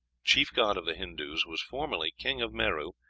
chief god of the hindoos, was formerly king of meru,